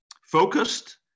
focused